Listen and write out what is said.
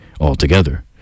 altogether